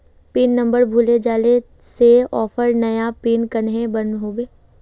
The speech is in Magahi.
पिन नंबर भूले जाले से ऑफर नया पिन कन्हे बनो होबे?